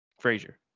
Frazier